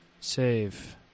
Save